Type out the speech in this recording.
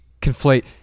conflate